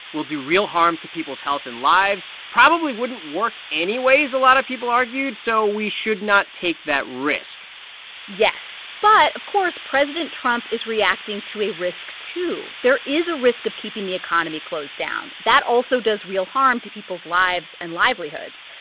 will do real harm to people's health and lives probably wouldn't work anyways, a lot of people argued, so we should not take that risk yes. but, of course, president trump is reacting to a risk, too. there is a risk of keeping the economy closed down. that also does real harm to people's lives and livelihoods.